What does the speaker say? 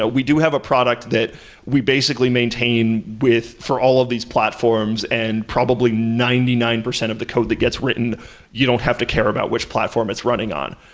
ah we do have a product that we basically maintain for all of these platforms, and probably ninety nine percent of the code that gets written you don't have to care about which platform it's running on.